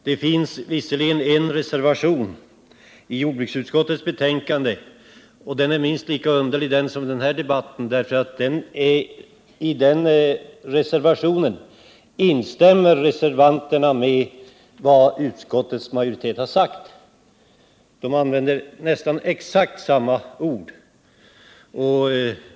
Det finns visserligen en reservation till jordbruksutskottets betänkande, men den är minst lika underlig som den här debatten. Reservanterna instämmer nämligen i vad utskottets majoritet har sagt; de använder nästan exakt samma ord.